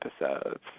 episodes